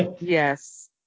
Yes